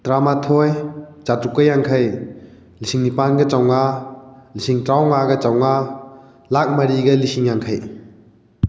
ꯇꯔꯥꯃꯥꯊꯣꯏ ꯆꯥꯇꯔꯨꯛꯀ ꯌꯥꯡꯈꯩ ꯂꯤꯁꯤꯡ ꯅꯤꯄꯥꯜꯒ ꯆꯥꯃꯉꯥ ꯂꯤꯁꯤꯡ ꯇꯔꯥꯃꯉꯥꯒ ꯆꯃꯉꯥ ꯂꯥꯛ ꯃꯔꯤꯒ ꯂꯤꯁꯤꯡ ꯌꯥꯡꯈꯩ